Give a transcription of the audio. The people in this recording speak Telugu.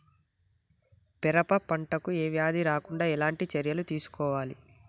పెరప పంట కు ఏ వ్యాధి రాకుండా ఎలాంటి చర్యలు తీసుకోవాలి?